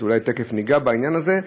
ואולי תכף ניגע בעניין הזה.